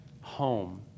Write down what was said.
home